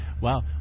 Wow